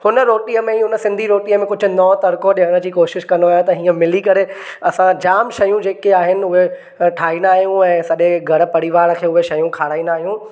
हुन रोटीअ में हुन सिंधी रोटीअ में कुझु नओं तड़को ॾियण जी कोशिशि कंदो आहियां त हींअं मिली करे असां जामु शयूं जेके आहिनि उहे ठाहींदा आहियूं ऐं सॼे घरु परिवार खे उहे शयूं खाराईंदा आहियूं